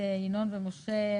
ינון ומשה,